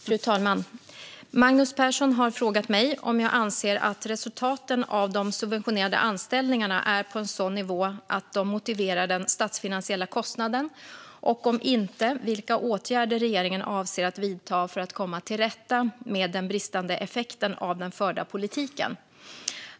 Fru talman! Magnus Persson har frågat mig om jag anser att resultaten av de subventionerade anställningarna är på en sådan nivå att de motiverar den statsfinansiella kostnaden och, om inte, vilka åtgärder regeringen avser att vidta för att komma till rätta med den bristande effekten av den förda politiken.